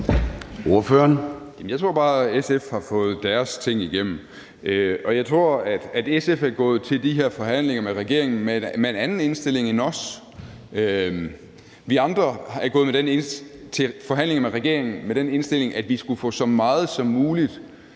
Jeg tror bare, at SF har fået deres ting igennem, og jeg tror, at SF er gået til de her forhandlinger med regeringen med en anden indstilling end os. Vi andre er gået til forhandlinger med regeringen med den indstilling, at vi skulle få så meget som muligt